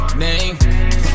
name